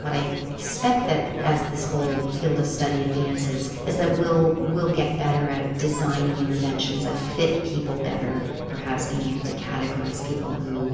what i expect as this whole field of study advances is that we'll we'll get better at designing interventions that fit people better perhaps being able to categorise people who